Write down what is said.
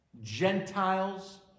Gentiles